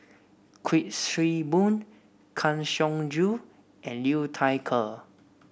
Kuik Swee Boon Kang Siong Joo and Liu Thai Ker